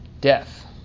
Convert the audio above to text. Death